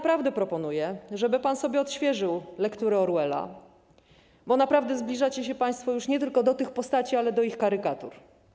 Proponuję, żeby pan sobie odświeżył lekturę Orwella, bo naprawdę zbliżacie się państwo już nie tylko do tych postaci, ale do ich karykatur.